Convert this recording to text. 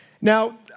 Now